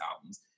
albums